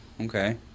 Okay